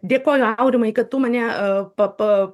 dėkoju aurimai kad tu mane pa pa